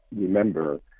remember